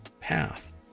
path